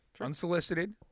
Unsolicited